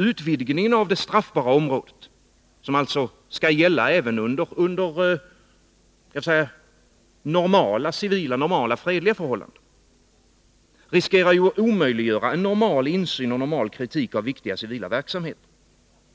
: Utvidgningen av det straffbara området — som alltså skall gälla även under normala, civila, fredliga förhållanden — riskerar att omöjliggöra normal insyn och normal kritik av viktiga civila verksamheter.